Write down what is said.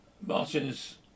Martin's